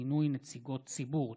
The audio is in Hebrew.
מינוי נציגות ציבור),